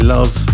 Love